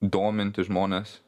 dominti žmones